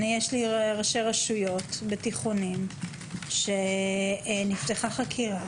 יש לי ראשי רשויות בתיכונים שנפתחה חקירה